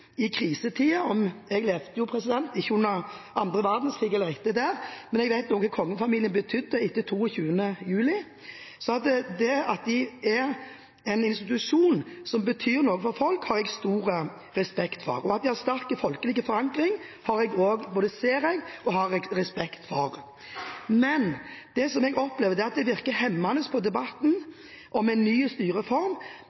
i krisetider. Jeg levde jo ikke under annen verdenskrig eller like etter den, men jeg vet noe om hva kongefamilien betydde etter 22. juli, så at de er en institusjon som betyr noe for folk, har jeg stor respekt for. At de har en sterk folkelig forankring, både ser jeg og har respekt for. Men det jeg opplever, er at det virker hemmende på